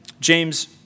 James